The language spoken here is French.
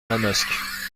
manosque